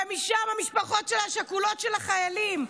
ומשם המשפחות השכולות של החיילים.